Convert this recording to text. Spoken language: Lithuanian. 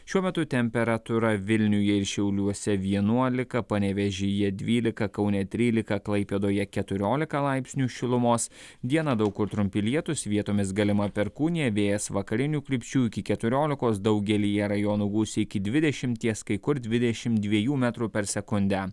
šiuo metu temperatūra vilniuje ir šiauliuose vienuolika panevėžyje dvylika kaune trylika klaipėdoje keturiolika laipsnių šilumos dieną daug kur trumpi lietūs vietomis galima perkūnija vėjas vakarinių krypčių iki keturiolikos daugelyje rajonų gūsiai iki dvidešimties kai kur dvidešimt dviejų metrų per sekundę